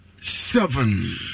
seven